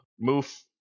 move